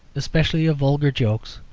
especially of vulgar jokes.